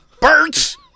birds